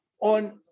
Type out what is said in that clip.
on